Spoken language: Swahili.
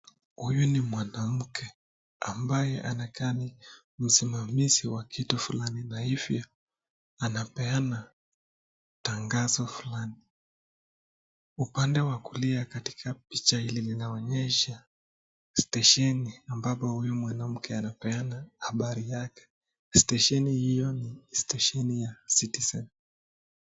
Huyu ni mwanamke ambaye anakaa ni msimamizi wa kitu fulani, na hivyo anapeana tangazo fulani. Upande wa kulia katika picha hili linaonyesha stesheni ambapo huyu mwanamke anapeana habari yake, stesheni hii ni stesheni ya citizen.